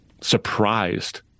surprised